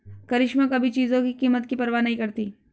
करिश्मा कभी चीजों की कीमत की परवाह नहीं करती